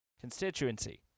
constituency